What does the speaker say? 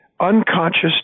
unconscious